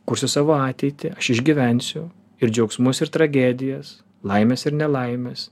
kursiu savo ateitį aš išgyvensiu ir džiaugsmus ir tragedijas laimės ir nelaimės